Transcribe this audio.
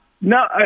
no